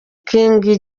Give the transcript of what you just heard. king